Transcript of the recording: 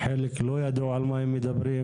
חלק לא ידעו על מה הם מדברים.